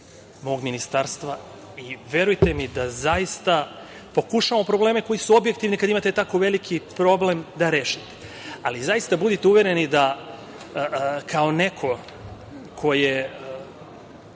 mog ministarstva. Verujte mi da zaista pokušavamo probleme koji su objektivni, kada imate tako veliki problem, da rešimo. Zaista budite uvereni da kao neko ko je